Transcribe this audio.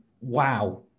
wow